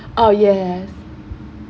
oh yes